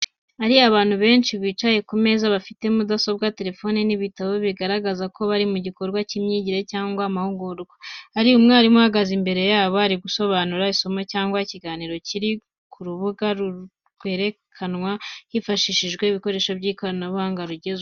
Hari abantu benshi bicaye ku meza bafite mudasobwa, telefoni, n’ibitabo, bigaragaza ko bari mu gikorwa cy’imyigire cyangwa amahugurwa. Hari umwarimu uhagaze imbere ari gusobanura isomo cyangwa ikiganiro kiri ku rubuga rwerekanwa hifashishijwe ibikoresho by'ikoranabuhanga rigezweho.